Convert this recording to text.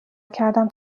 کردم